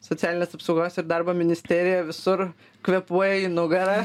socialinės apsaugos ir darbo ministerija visur kvėpuoja į nugarą